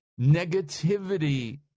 Negativity